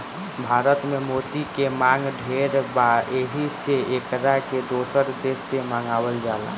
भारत में मोती के मांग ढेर बा एही से एकरा के दोसर देश से भी मंगावल जाला